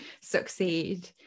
succeed